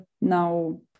now